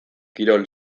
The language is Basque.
kirol